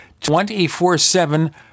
24-7